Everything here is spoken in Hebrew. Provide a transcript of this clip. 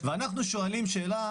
ואנחנו שואלים שאלה.